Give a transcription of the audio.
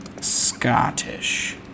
Scottish